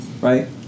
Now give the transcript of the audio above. right